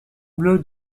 bleu